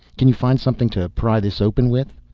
can you find something to pry this open with?